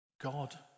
God